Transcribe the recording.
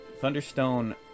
Thunderstone